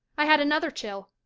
i had another chill.